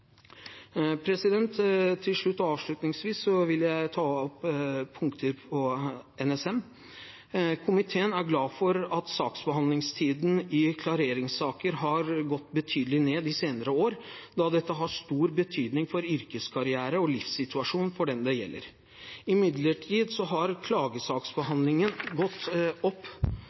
Avslutningsvis vil jeg ta opp punkter når det gjelder NSM. Komiteen er glad for at saksbehandlingstiden i klareringssaker har gått betydelig ned de senere år, da dette har stor betydning for yrkeskarriere og livssituasjon for dem det gjelder. Imidlertid har klagesaksbehandlingstiden gått opp.